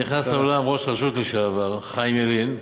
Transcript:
נכנס לאולם ראש רשות לשעבר, חיים ילין.